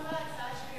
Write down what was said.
תלכו להצעה שלי,